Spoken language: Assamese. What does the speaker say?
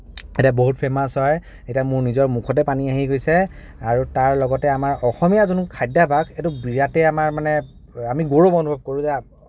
ইয়াতে বহুত ফেমাছ হয় এতিয়া মোৰ নিজৰ মুখতে পানী আহি গৈছে আৰু তাৰ লগতে আমাৰ অসমীয়া যোন খাদ্যাভাস এইটো বিৰাটেই আমাৰ মানে আমি গৌৰৱ অনুভৱ কৰোঁ যে